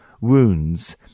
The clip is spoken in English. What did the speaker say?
Wounds